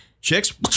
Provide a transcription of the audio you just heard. Chicks